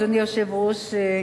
אדוני היושב-ראש,